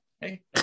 Hey